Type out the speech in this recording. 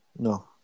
No